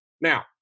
Now